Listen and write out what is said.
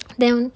then